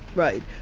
right.